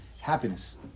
Happiness